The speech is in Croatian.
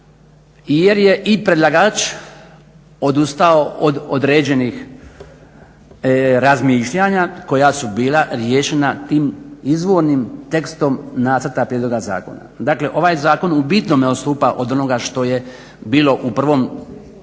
jer je i predlagač odustao od određenih razmišljanja koja su bila riješena tim izvornim tekstom nacrta prijedloga zakona. Dakle, ovaj zakon u bitnome odstupa od onoga što je bilo u prvom